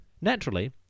Naturally